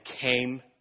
came